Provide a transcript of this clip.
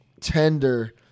tender